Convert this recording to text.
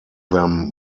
them